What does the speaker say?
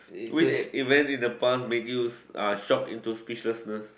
which event in the past made you uh shock in to speechlessness